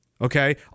okay